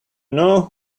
know